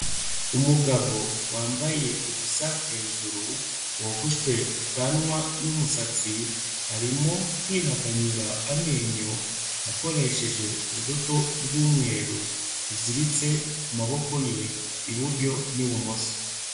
Umugabo wambaye ubusa hejuru wogoshwe ubwanwa n'umusatsi, arimo kwihaganyura amenyo akoresheje urudodo rw'umweru ruziritse ku maboko ye, iburyo n'ibumoso.